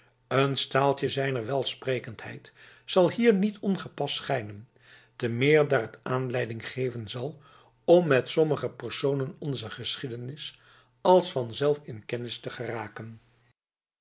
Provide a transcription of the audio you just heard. een staaltje zijner welsprekendheid zal hier niet ongepast schijnen te meer daar het aanleiding geven zal om met sommige personen onzer geschiedenis als van zelf in kennis te geraken